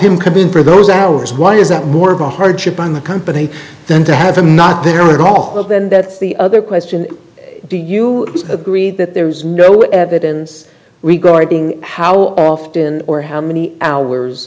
him come in for those hours why is that more of a hardship on the company than to have a not there at all of then that's the other question do you agree that there is no evidence regarding how often or how many hours